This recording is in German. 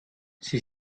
sie